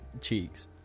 cheeks